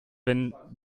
wenn